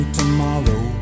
tomorrow